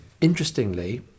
Interestingly